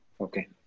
Okay